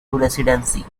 residency